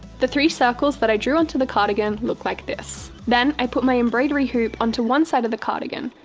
the three circles that i drew onto the cardigan look like this! then, i put my embroidery hoop onto one side of the cardigan,